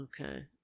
Okay